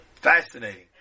Fascinating